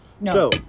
No